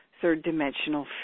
third-dimensional